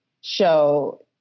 show